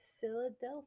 philadelphia